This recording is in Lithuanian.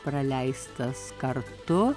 praleistas kartu